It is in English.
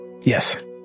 Yes